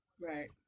Right